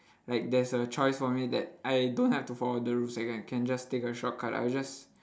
like there's a choice for me that I don't have to follow the rules I can can just take a shortcut I will just